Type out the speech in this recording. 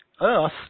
Earth